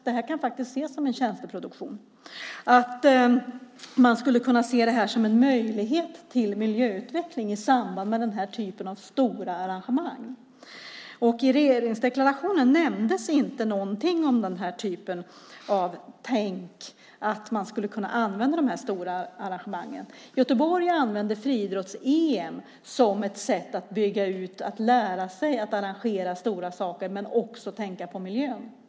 Det här kan faktiskt ses som en tjänsteproduktion. Man skulle kunna se det här som en möjlighet till miljöutveckling i samband med den här typen av stora arrangemang. I regeringsdeklarationen nämndes inte någonting om den här typen av tänk, att man skulle kunna använda de här stora arrangemangen. Göteborg använde friidrotts-EM som ett sätt att bygga ut och lära sig att arrangera stora saker men också tänka på miljön.